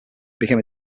became